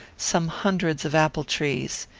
some hundreds of apple-trees.